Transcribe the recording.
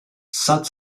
sat